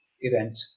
event